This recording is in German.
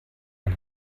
ein